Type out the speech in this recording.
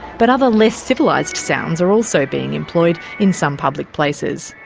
but other less civilised sounds are also being employed in some public places.